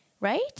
right